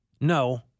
no